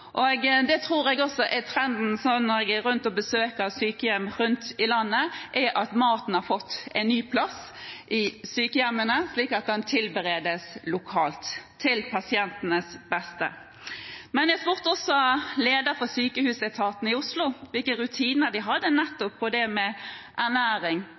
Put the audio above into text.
Det tror jeg også er trenden når jeg er rundt og besøker sykehjem rundt i landet, at maten har fått en ny plass i sykehjemmene, slik at den tilberedes lokalt til pasientenes beste. Jeg spurte også lederen for sykehusetaten i Oslo om hvilke rutiner de hadde nettopp på det med ernæring,